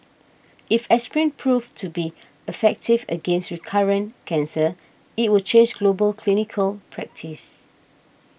if aspirin proves to be effective against recurrent cancer it will change global clinical practice